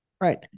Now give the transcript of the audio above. Right